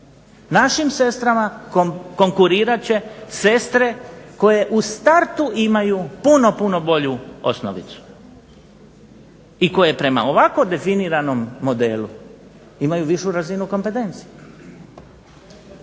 Našim sestrama konkurirat će sestre koje u startu imaju puno, puno bolju osnovicu i koje prema ovako definiranom modelu imaju višu razinu kompetencije.